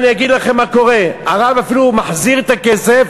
אני אגיד לכם מה קורה: הרב אפילו מחזיר את הכסף,